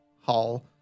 hall